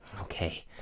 Okay